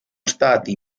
stati